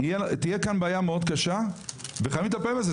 תהיה כאן בעיה מאוד קשה וחייבים לטפל בזה,